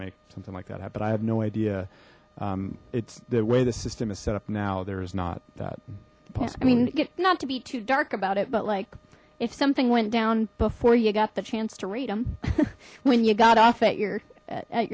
make something like that happen i have no idea it's the way the system is set up now there is not that i mean not to be too dark about it but like if something went down before you got the chance to read them when you got off at your at